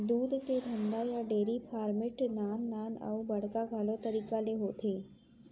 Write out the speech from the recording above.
दूद के धंधा या डेरी फार्मिट नान नान अउ बड़का घलौ तरीका ले होथे